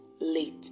late